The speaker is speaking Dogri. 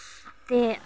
ते